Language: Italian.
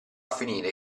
finire